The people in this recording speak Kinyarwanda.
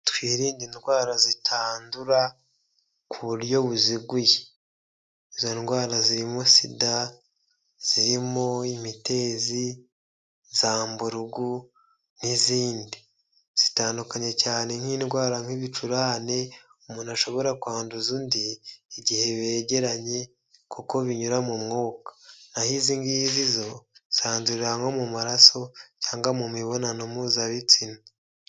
Twirinde indwara zitandura ku buryo buziguye, izo ndwara zirimo sida, zirimo imitezi, zamburugu n'izindi. Zitandukanye cyane nk'indwara nk'ibicurane umuntu ashobora kwanduza undi igihe begeranye, kuko binyura mu mwuka. Naho izingizi zo zandurira nko mu maraso cyangwa mu mibonano mpuzabitsina.